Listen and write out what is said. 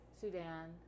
Sudan